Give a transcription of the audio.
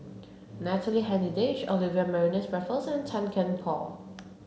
Natalie Hennedige Olivia Mariamne Raffles and Tan Kian Por